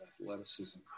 athleticism